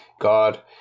god